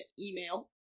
email